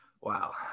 Wow